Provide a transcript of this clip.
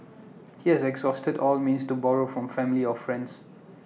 he has exhausted all means to borrow from family or friends